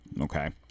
okay